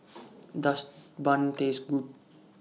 Does Bun Taste Good